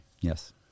Yes